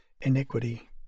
iniquity